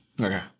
Okay